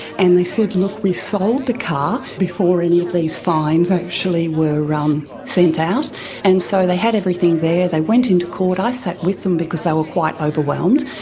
and they said, look, we sold the car before any of these fines actually were sent out. and so they had everything there, they went into court. i sat with them because they were quite overwhelmed.